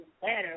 better